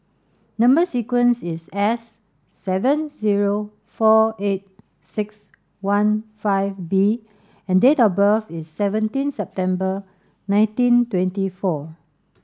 number sequence is S seven zero four eight six one five B and date of birth is seventeen September nineteen twenty four